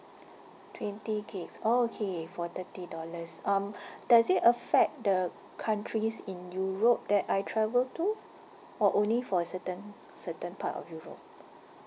twenty gigs orh okay for thirty dollars um does it affect the countries in europe that I travel to or only for certain certain part of europe